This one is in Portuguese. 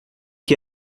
que